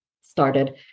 started